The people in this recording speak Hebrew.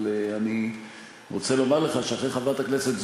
אבל אני רוצה לומר לך שאחרי חברת הכנסת זועבי,